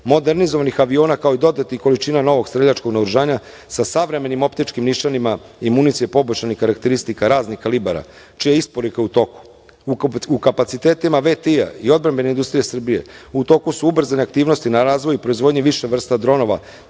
modernizovanih aviona, i kao i dodatnih količina novog streljačkog naoružanja sa savremenim optičkim nišanima i municije poboljšanih karakteristika raznih kalibara, čija je isporuka u toku.U kapacitetima VTI-a i odbrambene industrije Srbije u toku su ubrzane aktivnosti na razvoj proizvodnje više vrsta dronova,